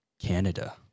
Canada